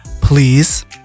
Please